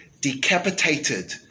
decapitated